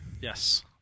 Yes